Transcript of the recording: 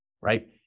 right